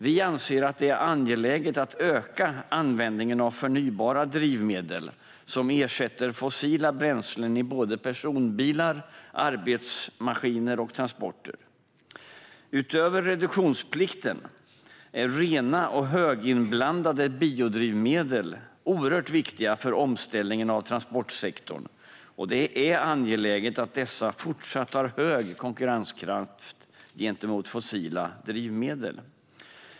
Vi anser att det är angeläget att öka användningen av förnybara drivmedel som ersätter fossila bränslen i personbilar, arbetsmaskiner och transporter. Utöver reduktionsplikten är rena och höginblandade biodrivmedel oerhört viktiga för omställningen av transportsektorn. Det är angeläget att dessa fortsatt har hög konkurrenskraft gentemot fossila drivmedel.